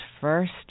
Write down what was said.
first